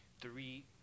three